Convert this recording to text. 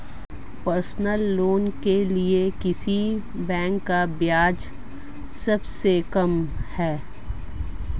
Personal loan के लिए किस बैंक का ब्याज सबसे कम है?